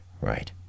right